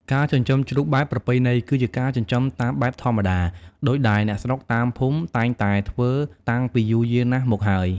ការចិញ្ចឹមជ្រូកបែបប្រពៃណី គឺជាការចិញ្ចឹមតាមបែបធម្មតា ដូចដែលអ្នកស្រុកអ្នកភូមិតែងតែធ្វើតាំងពីយូរយារណាស់មកហើយ។